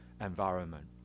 environment